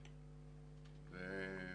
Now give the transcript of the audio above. לדעתי,